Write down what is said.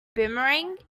boomerang